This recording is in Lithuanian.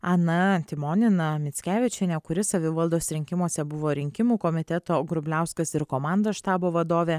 ana timonina mickevičienė kuri savivaldos rinkimuose buvo rinkimų komiteto grubliauskas ir komandos štabo vadovė